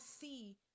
see